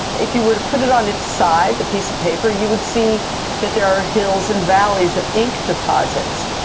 if you were to put it on its side, the piece of paper, you would see that there are hills and valleys of ink deposits.